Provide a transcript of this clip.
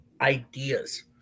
ideas